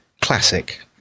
classic